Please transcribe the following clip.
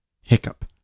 Hiccup